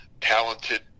talented